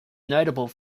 notable